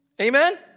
Amen